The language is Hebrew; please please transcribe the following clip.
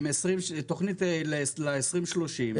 תוכנית ל-2030.